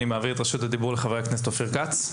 אני מעביר את רשות הדיבור לחה"כ אופיר כץ.